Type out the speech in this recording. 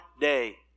day